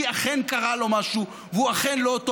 כי אכן קרה לו משהו והוא אכן לא אותו